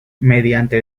mediante